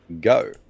go